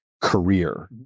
career